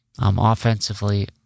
Offensively